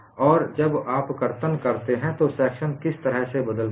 और जब आप कर्तन करते हैं तो सेक्शन किस तरह से बदलते हैं